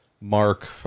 Mark